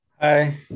Hi